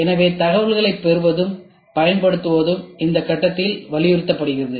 எனவே தகவல்களைப் பெறுவதும் பயன்படுத்துவதும் இந்த கட்டத்தில் வலியுறுத்தப்படுகிறது